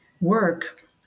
work